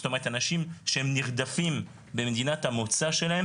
זאת אומרת אנשים שהם נרדפים במדינת המוצא שלהם